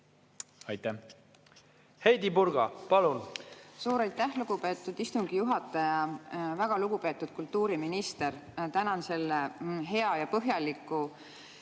õige. Heidy Purga, palun! Suur aitäh, lugupeetud istungi juhataja! Väga lugupeetud kultuuriminister! Tänan selle hea ja põhjaliku